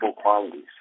qualities